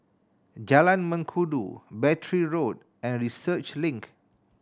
Jalan Mengkudu Battery Road and Research Link